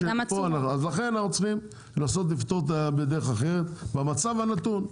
ולכן אנחנו צריכים לנסות לפתור בדרך אחרת במצב הנתון,